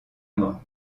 mort